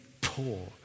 poor